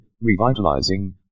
revitalizing